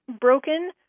broken